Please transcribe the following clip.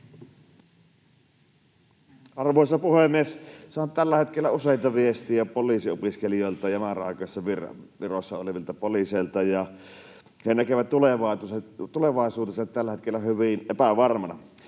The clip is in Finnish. Arvoisa puhemies! Saan tällä hetkellä useita viestejä poliisiopiskelijoilta ja määräaikaisissa viroissa olevilta poliiseilta, ja he näkevät tulevaisuutensa tällä hetkellä hyvin epävarmana.